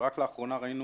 ורק באחרונה ראינו